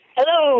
Hello